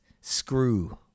screw